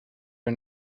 are